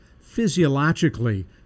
physiologically